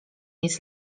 jest